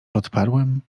odparłem